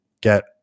get